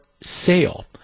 sale